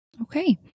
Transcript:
Okay